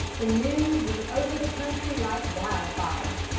the news went over the country like wildfire.